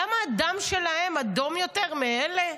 למה הדם שלהם אדום יותר מאלה?